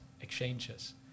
exchanges